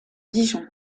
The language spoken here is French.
dijon